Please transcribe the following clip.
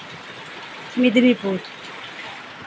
Medinipur